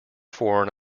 foreign